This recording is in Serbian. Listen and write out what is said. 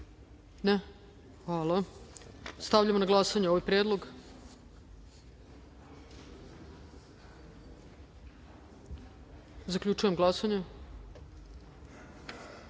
(Ne.)Hvala. Stavljam na glasanje ovaj predlog. Zaključujem glasanje: